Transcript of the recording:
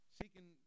seeking